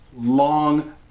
long